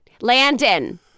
Landon